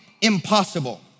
Impossible